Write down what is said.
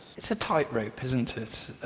it's a tightrope isn't it?